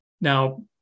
Now